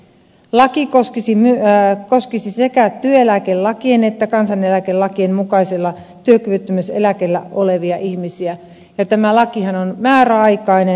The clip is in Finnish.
laki koskisi sekä työeläkelakien että kansaneläkelakien mukaisella työkyvyttömyyseläkkeellä olevia ihmisiä ja tämä lakihan on määräaikainen